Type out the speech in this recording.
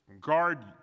guard